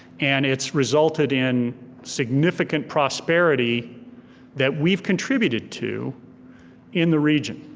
and it's resulted in significant prosperity that we've contributed to in the region.